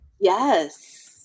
Yes